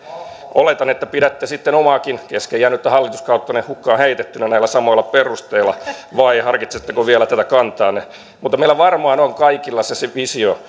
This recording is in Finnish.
oletan että pidätte sitten omaakin kesken jäänyttä hallituskauttanne hukkaan heitettynä näillä samoilla perusteilla vai harkitsetteko vielä tätä kantaanne mutta meillä varmaan on kaikilla se visio